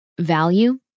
value